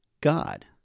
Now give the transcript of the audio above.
God